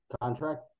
contract